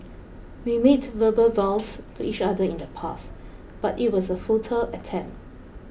we made verbal vows to each other in the past but it was a futile attempt